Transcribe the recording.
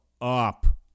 up